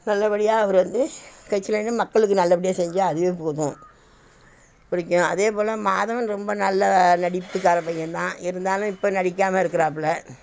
நல்லபடியாக அவர் வந்து கட்சியிலருந்து மக்களுக்கு நல்லபடியாக செஞ்சால் அதுவே போதும் பிடிக்கும் அதே போல் மாதவன் ரொம்ப நல்ல நடிப்புக்கார பையன் தான் இருந்தாலும் இப்போ நடிக்காமல் இருக்கிறாப்புல